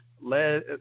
led